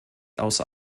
außer